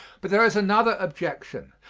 but there is another objection.